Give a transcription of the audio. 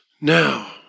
Now